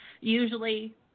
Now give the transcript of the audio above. Usually